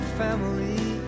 family